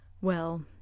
Well